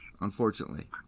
Unfortunately